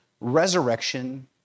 resurrection